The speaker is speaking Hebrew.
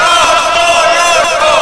מותר להזריק לבן-אדם בלי הכרה.